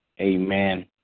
Amen